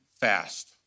fast